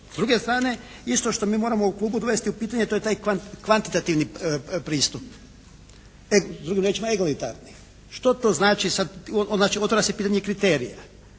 S druge strane isto što mi moramo u klubu dovesti u pitanje to je taj kvantitativni pristup drugim riječima egolitarni. Što to znači sad, znači otvara se pitanje kriterija.